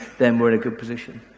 then we're in a good position.